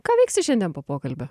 ką veiksi šiandien po pokalbio